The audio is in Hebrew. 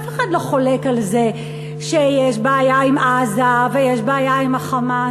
אף אחד לא חולק על זה שיש בעיה עם עזה ויש בעיה עם ה"חמאס",